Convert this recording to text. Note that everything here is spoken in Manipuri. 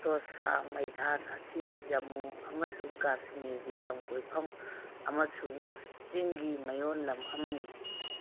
ꯇꯣꯁꯥ ꯃꯩꯙꯥꯟ ꯑꯁꯤ ꯖꯃꯨ ꯑꯃꯁꯨꯡ ꯀꯥꯁꯃꯤꯔꯒꯤ ꯂꯝ ꯀꯣꯏꯐꯝ ꯑꯃꯁꯨꯡ ꯆꯤꯡꯒꯤ ꯃꯌꯣꯜ ꯂꯝ ꯑꯃꯅꯤ